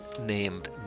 named